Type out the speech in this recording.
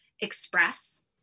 express